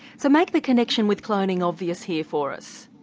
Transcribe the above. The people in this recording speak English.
so make the connection with cloning obvious here for us.